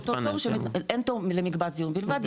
אין תור למקבץ דיור בלבד,